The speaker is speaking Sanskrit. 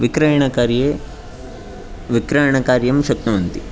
विक्रयणकार्ये विक्रयणकार्यं शक्नुवन्ति